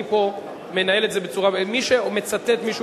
אני פה מנהל את זה בצורה שמי שמצטט מישהו